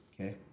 Okay